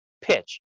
pitch